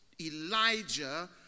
Elijah